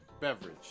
beverage